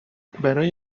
برای